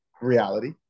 reality